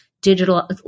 digital